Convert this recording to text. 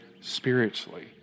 spiritually